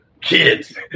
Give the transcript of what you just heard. kids